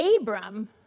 Abram